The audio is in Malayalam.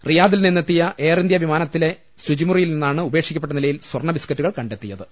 റിയാദിൽ നിന്നെത്തിയ എയർ ഇന്ത്യ വിമാനത്തിലെ ശുചിമുറിയിൽ നിന്നാണ് ഉപേക്ഷിക്കപ്പെട്ട നിലയിൽ സ്വർണ്ണ ബിസ്ക്കറ്റുകൾ കണ്ടെത്തിയത്